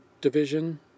Division